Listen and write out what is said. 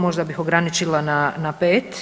Možda bih ograničila na 5?